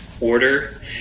order